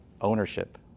ownership